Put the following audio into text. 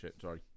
sorry